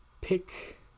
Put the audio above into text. pick